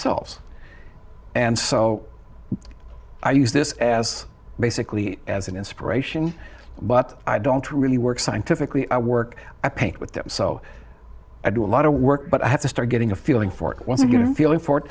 selves and so i use this as basically as an inspiration but i don't really work scientifically i work i paint with them so i do a lot of work but i have to start getting a feeling for once i get a feeling for it